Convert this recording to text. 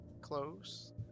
Close